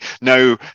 no